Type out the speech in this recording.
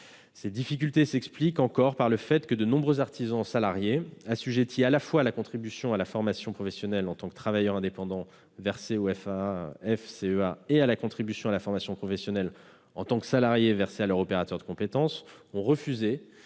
Ces difficultés s'expliquent encore par le fait que de nombreux artisans salariés, assujettis à la fois à la contribution à la formation professionnelle en tant que travailleur indépendant versée au Fafcea et à la contribution à la formation professionnelle en tant que salarié versée à leur opérateur de compétences, ont refusé